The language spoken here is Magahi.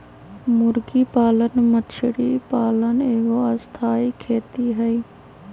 मुर्गी पालन मछरी पालन एगो स्थाई खेती हई